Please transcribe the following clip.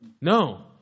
No